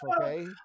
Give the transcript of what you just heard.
okay